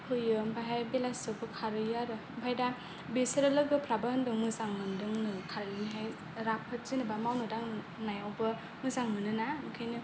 फैयो आमफ्रायहाय बेलासिआवबो खारहैयो आरो आमफ्राय दा बेसोरो लोगोफ्राबो होनदों मोजां मोन्दोंनो खारनोहाय राफोद जेनोबा मावनाय दांनायावबो मोजां मोनोना ओंखायनो